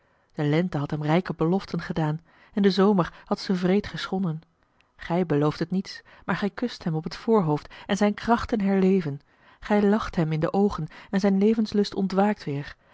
de lente had hem rijke beloften gedaan en de zomer had ze wreed geschonden gij beloofdet niets maar gij kust hem op het voorhoofd en zijn krachten herleven gij lacht hem m de oogen en zijn levenslust ontwaakt weer